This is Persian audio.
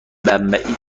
بمبئی